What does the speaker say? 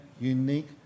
unique